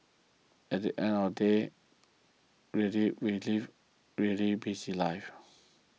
at the end of the day really we live really busy lives